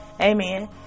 amen